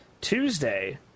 Tuesday